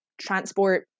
transport